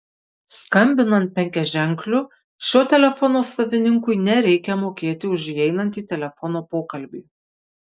skambinant penkiaženkliu šio telefono savininkui nereikia mokėti už įeinantį telefono pokalbį